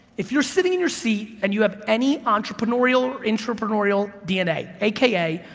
if you're sitting in your seat and you have any entrepreneurial, intrapreneurial dna, aka,